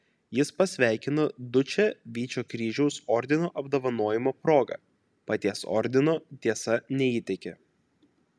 jis pasveikino dučę vyčio kryžiaus ordino apdovanojimo proga paties ordino tiesa neįteikė